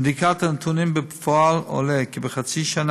מבדיקת הנתונים בפועל עולה כי בחצי השנה